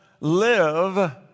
live